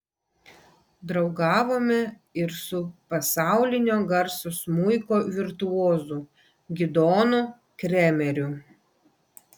draugavome ir su pasaulinio garso smuiko virtuozu gidonu kremeriu